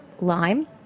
lime